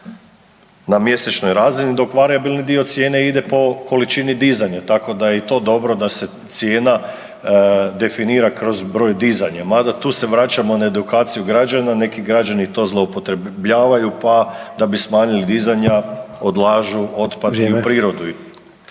na mjesečnoj razini dok varijabilni dio cijene ide po količini dizanja tako da je i to dobro da se cijena definira kroz broj dizanja. Mada tu se vraćamo na edukaciju građana, neki građani to zloupotrebljavaju pa da bi smanjili dizanja odlažu otpad …/Upadica: